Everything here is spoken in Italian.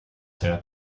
sera